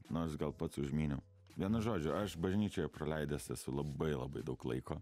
nu aš gal pats užmyniau vienu žodžiu aš bažnyčioje praleidęs esu labai labai daug laiko